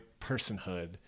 personhood